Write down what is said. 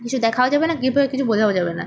কিছু দেখাও যাবে না কি পা কিছু বোঝাও যাবে না